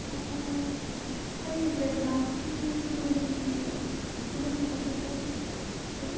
ꯑꯣ ꯑꯩꯒꯤꯁꯦ ꯗꯥꯟꯁꯀꯤꯅꯤꯅ ꯌꯨꯝꯗ ꯑꯣꯏꯅ ꯊꯤꯟꯕꯤꯔꯛꯑꯣ ꯑꯗꯨꯅ ꯐꯒꯗꯧꯕ ꯃꯥꯜꯂꯤ ꯍꯣꯏ